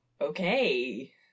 okay